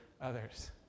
others